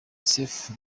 sefu